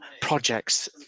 projects